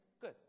Good